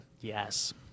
Yes